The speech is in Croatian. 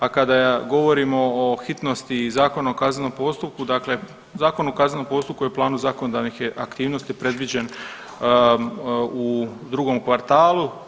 A kada govorimo o hitnosti i Zakona o kaznenom postupku, dakle Zakon o kaznenom postupku je u planu zakonodavnih aktivnosti predviđen u drugom kvartalu.